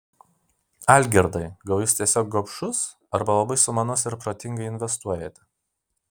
algirdai gal jūs tiesiog gobšus arba labai sumanus ir protingai investuojate